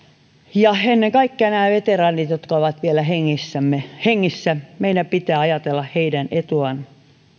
ja ennen kaikkea nämä veteraanit jotka ovat vielä hengissä meidän pitää ajatella heidän etuaan